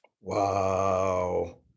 Wow